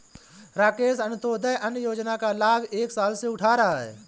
राकेश अंत्योदय अन्न योजना का लाभ एक साल से उठा रहा है